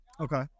Okay